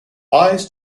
lies